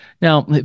Now